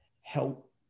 help